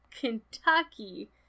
Kentucky